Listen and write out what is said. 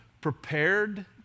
prepared